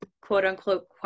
quote-unquote